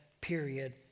period